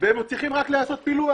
והם צריכים רק לעשות ביטוח.